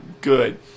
good